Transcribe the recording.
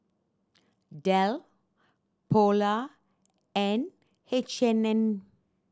Dell Polar and H and M